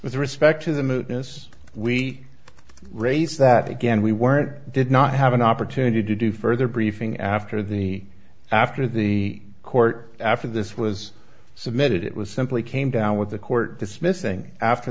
with respect to the moon yes we raised that again we weren't did not have an opportunity to do further briefing after the after the court after this was submitted it was simply came down with the court dismissing after